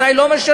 מתי לא משלמים,